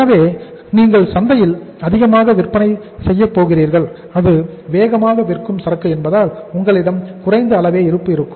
எனவே நீங்கள் சந்தையில் அதிகமாக விற்பனை செய்யப் போகிறீர்கள் அது வேகமாக விற்கும் சரக்கு என்பதால் உங்களிடம் குறைந்த அளவே இருப்பு இருக்கும்